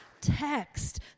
Text